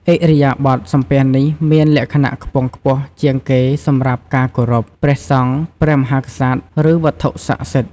ឥរិយាបថសំពះនេះមានលក្ខណៈខ្ពង់ខ្ពស់ជាងគេសម្រាប់ការគោរព ព្រះសង្ឃ ព្រះមហាក្សត្រ ឬវត្ថុស័ក្តិសិទ្ធិ។